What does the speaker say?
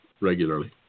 regularly